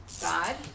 God